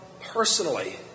personally